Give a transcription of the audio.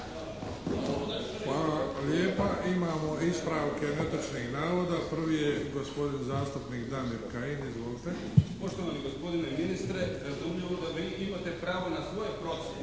Hvala lijepa. Imamo ispravke netočnih navoda. Prvi je gospodin zastupnik Damir Kajin. Izvolite. **Kajin, Damir (IDS)** Poštovani gospodine ministre. Razumljivo da vi imate pravo na svoje procjene.